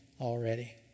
already